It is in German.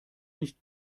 nicht